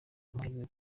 amahirwe